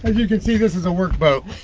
you can see, this is a work boat